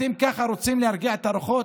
ככה אתם רוצים להרגיע את הרוחות?